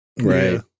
Right